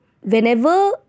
whenever